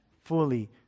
fully